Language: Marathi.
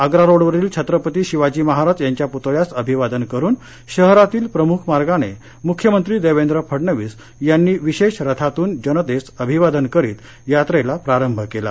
आग्रा रोडवरील छत्रपती शिवाजी महाराज यांच्या पुतळ्यास अभिवादन करून शहरातील प्रमुख मार्गाने मुख्यमंत्री देवेंद्र फडणवीस यांनी विशेष रथातून जनतेस अभिवादन करीत यात्रेला प्रारंभ केला